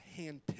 handpicked